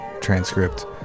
transcript